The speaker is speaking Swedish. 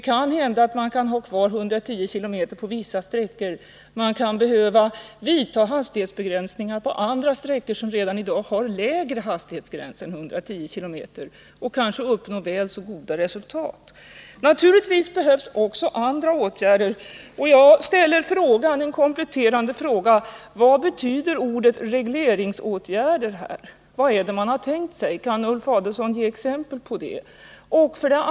Man kanske kan ha kvar 110 km/tim på v vidta hastighetsbegränsningar på andra sträckor som redan i dag har lägre issa sträckor, man kan behöva hastighetsgräns och på det viset uppnå väl så goda resultat. Naturligtvis behövs också andra åtgärder, och jag ställer ett par kompletterande frågor: Vad betyder ordet regleringsåtgärder här? Kan Ulf Adelsohn ge exempel på vad det är man har tänkt sig?